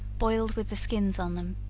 boiled with the skins on them.